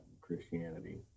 Christianity